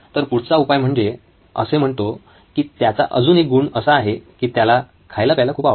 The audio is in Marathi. तर पुढचा उपाय असे म्हणतो की त्याचा अजून एक गुण असा आहे की त्याला खायला प्यायला खूप आवडते